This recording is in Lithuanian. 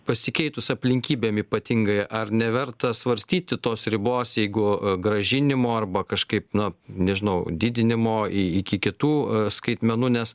pasikeitus aplinkybėm ypatingai ar neverta svarstyti tos ribos jeigu grąžinimo arba kažkaip na nežinau didinimo iki kitų skaitmenų nes